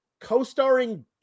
co-starring